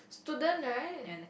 student right